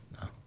no